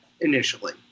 initially